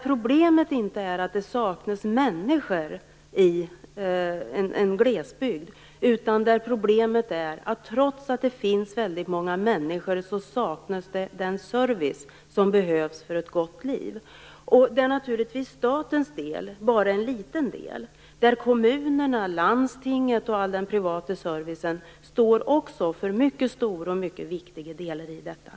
Problemet är där inte att det saknas människor, utan det är att det trots att det finns väldigt många människor saknas sådan service som behövs för ett gott liv. Statens svarar i detta sammanhang bara för en liten del. Kommunerna, landstinget och hela den privata servicen står för mycket stora och viktiga delar av detta.